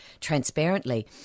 transparently